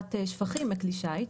השלכת שפכים מכלי שיט.